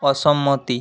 অসম্মতি